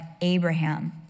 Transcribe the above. Abraham